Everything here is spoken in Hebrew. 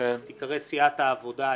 תיקרא סיעת העבודה הישראלית,